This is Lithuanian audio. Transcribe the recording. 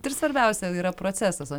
tai ir svarbiausia yra procesas o